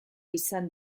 izan